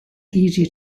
easier